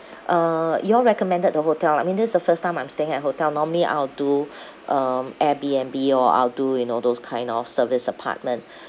uh you all recommended the hotel I mean that's the first time I'm staying at hotel normally I'll do um Airbnb or I'll do you know those kind of service apartment